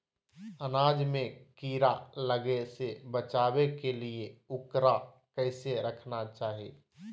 अनाज में कीड़ा लगे से बचावे के लिए, उकरा कैसे रखना चाही?